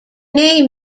name